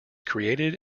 created